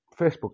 Facebook